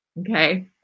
Okay